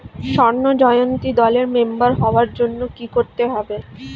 স্বর্ণ জয়ন্তী দলের মেম্বার হওয়ার জন্য কি করতে হবে?